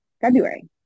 February